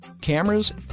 cameras